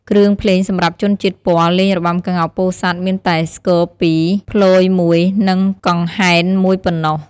គ្រឿងភ្លេងសម្រាប់ជនជាតិព័រលេងរបាំក្ងោកពោធិ៍សាត់មានតែ ស្គរ២ ព្លយ១ និងកង្ហែន១ប៉ុណ្ណោះ ។